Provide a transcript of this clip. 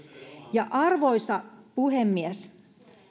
arvoisa puhemies